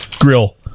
Grill